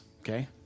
Okay